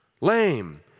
lame